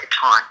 time